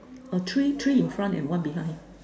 uh three three in front and one behind